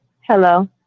Hello